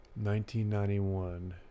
1991